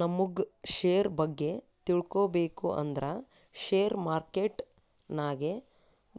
ನಮುಗ್ ಶೇರ್ ಬಗ್ಗೆ ತಿಳ್ಕೋಬೇಕು ಅಂದ್ರ ಶೇರ್ ಮಾರ್ಕೆಟ್ ನಾಗೆ